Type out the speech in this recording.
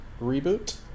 reboot